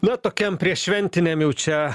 na tokiam prieššventiniam jau čia